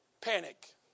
panic